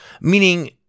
Meaning